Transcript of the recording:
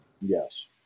yes